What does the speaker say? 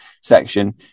section